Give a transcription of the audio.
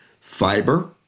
fiber